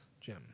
Jim